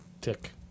Tick